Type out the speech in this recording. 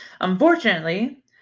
Unfortunately